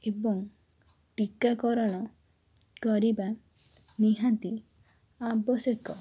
ଏବଂ ଟୀକାକରଣ କରିବା ନିହାତି ଆବଶ୍ୟକ